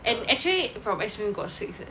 and actually from N_T_U got six eh